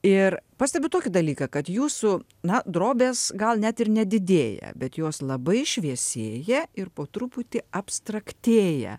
ir pastebiu tokį dalyką kad jūsų na drobės gal net ir nedidėja bet jos labai šviesėja ir po truputį abstraktėja